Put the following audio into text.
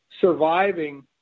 surviving